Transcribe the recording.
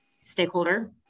stakeholder